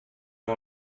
war